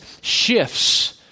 shifts